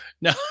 No